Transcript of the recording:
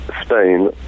Spain